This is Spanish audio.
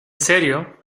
serio